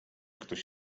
ktoś